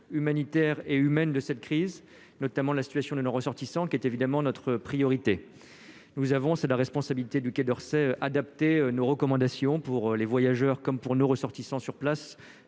humanitaire et humaine de cette crise, notamment la situation de nos ressortissants qui étaient évidemment notre priorité, nous avons, c'est la responsabilité du Quai d'Orsay adapter nos recommandations pour les voyageurs comme pour nos ressortissants sur place,